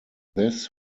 this